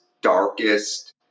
darkest